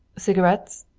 cigarettes?